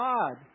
God